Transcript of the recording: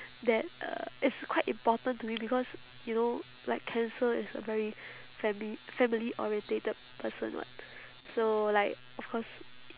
that uh is quite important to me because you know like cancer is a very family family orientated person [what] so like of course